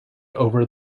over